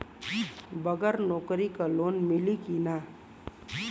बगर नौकरी क लोन मिली कि ना?